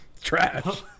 Trash